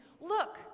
Look